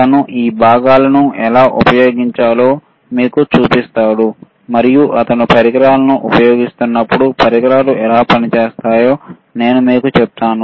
తను ఆ భాగాలను ఎలా ఉపయోగించాలో మీకు చూపిస్తాడు మరియు అతను పరికరాలను ఉపయోగిస్తున్నప్పుడు పరికరాలు ఎలా పనిచేస్తాయో నేను మీకు చెప్తాను